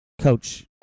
coach